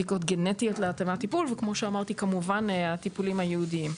בדיקות גנטיות להתאמת טיפול וכמו שכבר אמרתי טיפולים ייעודיים.